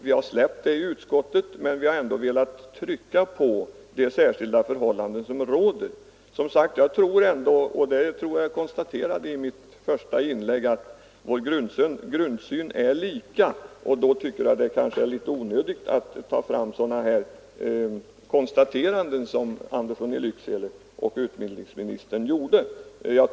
Vi har släppt det i utskottet, men vi har ändå velat trycka på de särskilda förhållanden som råder. Vår grundsyn är ändå lika, vilket jag tror att jag konstaterade i mitt första inlägg, och då tycker jag att det är litet onödigt att göra sådana konstateranden som herr Andersson i Lycksele och utbildningsministern gjorde.